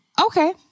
Okay